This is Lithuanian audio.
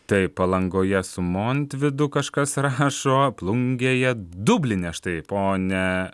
taip palangoje su montvydu kažkas rašo plungėje dubline štai ponia